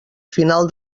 final